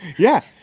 yeah,